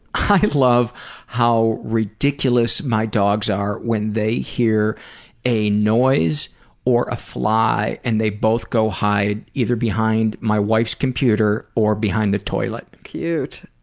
i and love how ridiculous my dogs are when they hear a noise or a fly, and they both go hide either behind my wife's computer or behind the toilet. cute.